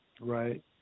Right